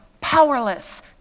powerless